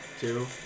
Two